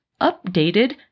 updated